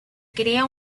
crea